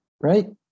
right